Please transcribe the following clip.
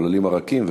העוללים הרכים,